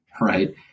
right